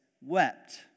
wept